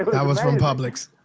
that was from publix.